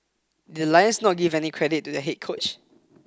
did the Lions not give any credit to their head coach